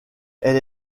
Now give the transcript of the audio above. elle